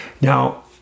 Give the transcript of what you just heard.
Now